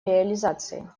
реализации